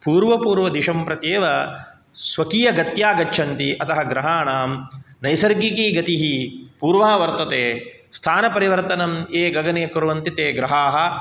पूर्वपूर्वदिशं प्रत्येव स्वकीयगत्या गच्छन्ति अतः ग्रहाणां नैसर्गिकी गतिः पूर्वा वर्तते स्थानपरिवर्तणं ये गगने कुर्वन्ति ते ग्रहाः